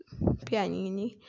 Pianini